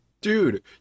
Dude